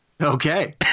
Okay